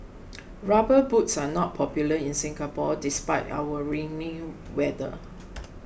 rubber boots are not popular in Singapore despite our rainy weather